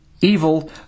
evil